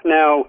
now